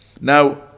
Now